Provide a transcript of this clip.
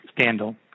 scandal